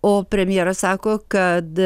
o premjeras sako kad